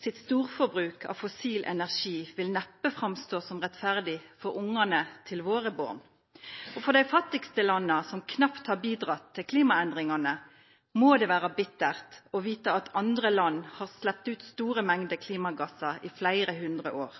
sitt storforbruk av fossil energi vil neppe stå fram som rettferdig for ungane til våre born. Og for dei fattigaste landa, som knapt har bidrege til klimaendringane, må det vera bittert å vita at andre land har sleppt ut store mengder klimagassar i fleire hundre år.